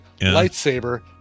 lightsaber